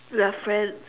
we're friends